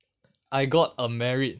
I got a merit